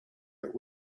but